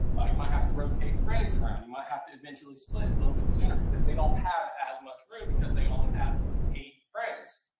you might have to rotate frames around, you might have to eventually split a little bit sooner because they don't have as much room, because they only have eight frames.